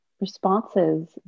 responses